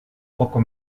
poco